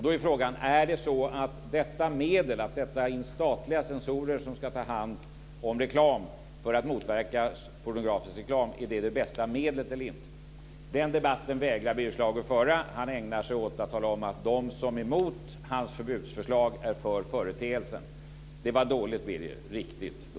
Då är frågan om detta medel, att sätta in statliga censorer som ska ta hand om reklam för att motverka pornografisk reklam, är det bästa medlet eller inte. Den debatten vägrar Birger Schlaug att föra. Han ägnar sig åt att tala om att de som är emot hans förbudsförslag är för företeelsen. Det var dåligt, Birger